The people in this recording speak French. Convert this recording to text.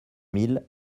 mille